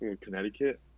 Connecticut